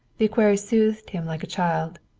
the equerry soothed him like a child.